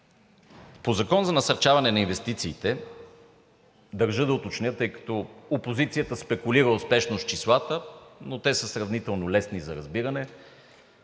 По Закона за насърчаване на инвестициите държа да уточня, тъй като опозицията спекулира успешно с числата, но те са сравнително лесни за разбиране.